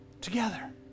together